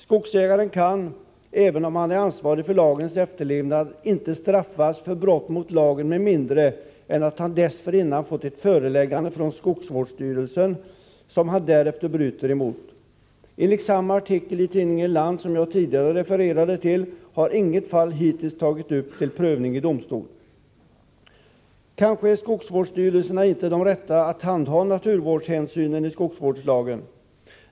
Skogsägaren kan, även om han är ansvarig för lagens efterlevnad, inte straffas för brott mot lagen med mindre än att han dessförinnan fått ett föreläggande från skogsvårdsstyrelsen som han därefter bryter emot. Enligt samma artikel i tidningen Land som jag tidigare refererade till har inget fall hittills tagits upp till prövning i domstol. Kanske är skogsvårdsstyrelserna inte de rätta att handha naturvårdshänsynen i skogsvårdslagen.